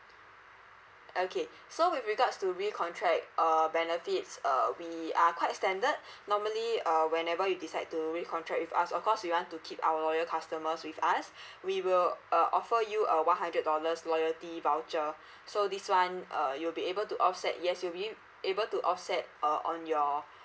okay so with regards to recontract uh benefits uh we are quite standard normally uh whenever you decide to recontract with us of course we want to keep our loyal customers with us we will uh offer you a one hundred dollars loyalty voucher so this [one] uh you'll be able to offset yes you'll you able to offset uh on your